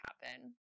happen